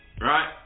right